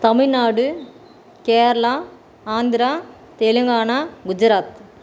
Tamil Nadu Kerala Andhra Telangana Gujarat